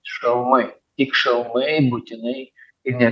šalmai tik šalmai būtinai ir ne